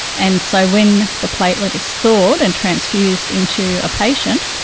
and so when the platelet is thawed and transfused into a patient,